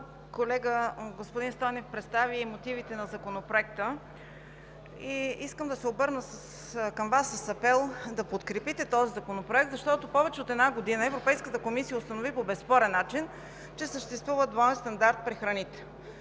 колега, господин Стойнев, представи мотивите на Законопроекта и искам да се обърна към Вас с апел да подкрепите този законопроект, защото повече от една година Европейската комисия установи по безспорен начин, че съществува двоен стандарт при храните.